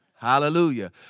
Hallelujah